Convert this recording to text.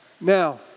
Now